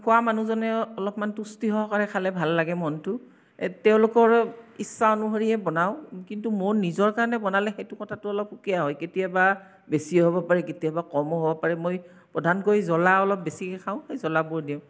খোৱা মানুহজনে অলপমান তুষ্টি সহকাৰে খালে ভাল লাগে মনটো তেওঁলোকৰ ইচ্ছা অনুসৰিহে বনাওঁ কিন্তু মোৰ নিজৰ কাৰণে বনালে সেইটো কথাটো অলপ সুকীয়া হয় কেতিয়াবা বেছি হ'ব পাৰে কেতিয়াবা কমো হ'ব পাৰে মই প্ৰধানকৈ জ্বলা অলপ বেছিকে খাওঁ সেই জ্বলাবোৰ দিওঁ